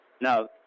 Now